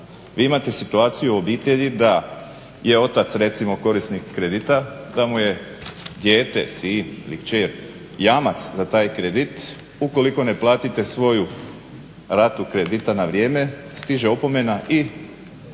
imate situaciju u obitelji da je otac recimo korisnik kredita, da mu je dijete, sin ili kćer jamac za taj kredit, ukoliko ne platite svoju ratu kredita na vrijeme stiže opomena i